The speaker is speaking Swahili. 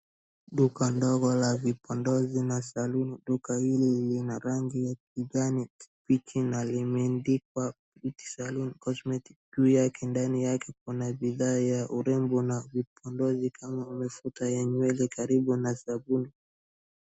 Duka ndogo la vipondozi na saloon duka hili na lina rangi ya kijani, huku limandikwa beauty saloon cosmetic juu yake, ndani yake kuna bidhaa ya urembo na vipondozi kama mafuta ya nywele karibu na sabuni.